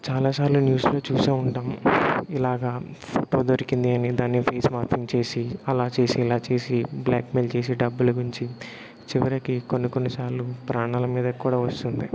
చాలా సార్లు న్యూస్లో చూసే ఉంటాం ఇలాగా ఫోటో దొరికింది అని దాన్ని ఫేస్ మార్ఫింగ్ చేసి అలా చేసి ఇలా చేసి బ్లాక్ మెయిల్ చేసి డబ్బులు గుంజి చివరికి కొన్ని కొన్ని సార్లు ప్రాణాలు మీదకి కూడా వస్తుంది